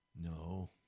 No